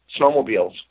snowmobiles